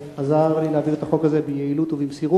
שעזר לי להעביר את החוק הזה ביעילות ובמסירות.